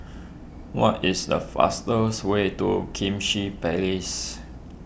what is the fastest way to kimchi Place